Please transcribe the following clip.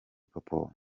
popo